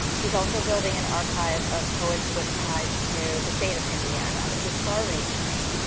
he's also building an archive of poets with ties to the state of indiana, which is far-reaching,